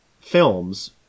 films